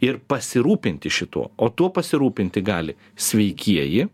ir pasirūpinti šituo o tuo pasirūpinti gali sveikieji